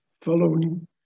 following